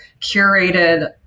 curated